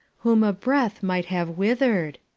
whom a breath might have withered,